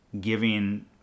giving